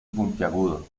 puntiagudo